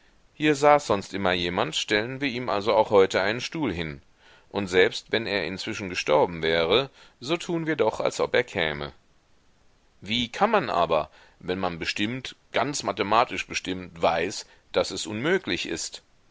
hier saß sonst immer jemand stellen wir ihm also auch heute einen stuhl hin und selbst wenn er inzwischen gestorben wäre so tuen wir doch als ob er käme wie kann man aber wenn man bestimmt ganz mathematisch bestimmt weiß daß es unmöglich ist